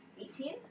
eighteen